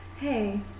hey